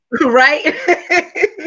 Right